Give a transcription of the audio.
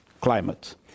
climate